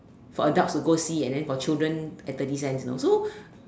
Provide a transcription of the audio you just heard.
for adults to go see and then for children at thirty cents you know so